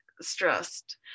stressed